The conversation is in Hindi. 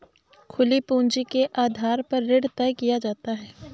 खुली पूंजी के आधार पर ऋण तय किया जाता है